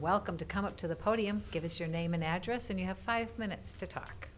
welcome to come up to the podium give us your name and address and you have five minutes to talk